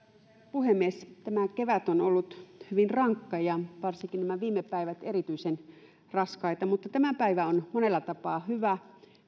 puhemies tämä kevät on ollut hyvin rankka ja varsinkin nämä viime päivät erityisen raskaita mutta tämä päivä on monella tapaa hyvä